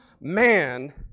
man